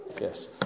Yes